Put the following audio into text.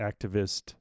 activist